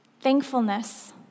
thankfulness